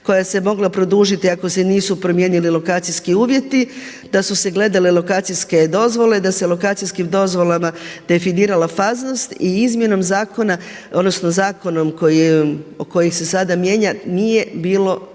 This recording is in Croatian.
koja se mogla produžiti ako se nisu promijenili lokacijski uvjeti, da su se gledale lokacijske dozvole, da se lokacijskim dozvolama definirala faznost. I izmjenom zakona, odnosno zakonom koji je, koji se sada mijenja nije bilo